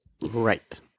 Right